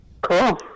Cool